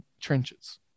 trenches